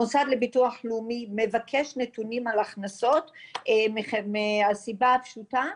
המוסד לביטוח לאומי מבקש נתונים על הכנסות מהסיבה הפשוטה,